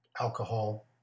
alcohol